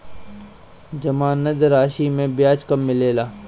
जमानद राशी के ब्याज कब मिले ला?